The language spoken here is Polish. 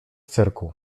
cyrku